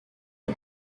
est